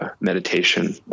meditation